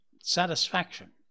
satisfaction